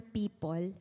people